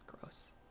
Gross